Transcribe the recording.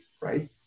right